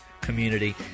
community